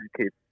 keep